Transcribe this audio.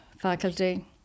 faculty